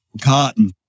cotton